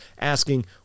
asking